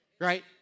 Right